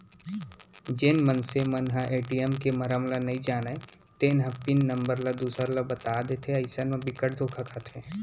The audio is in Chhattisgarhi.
जेन मनसे मन ह ए.टी.एम के मरम ल नइ जानय तेन ह पिन नंबर ल दूसर ल बता देथे अइसन म बिकट के धोखा खाथे